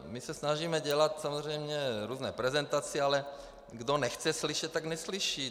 My se snažíme dělat různé prezentace, ale kdo nechce slyšet, tak neslyší.